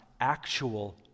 actual